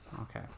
okay